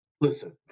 Listen